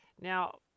now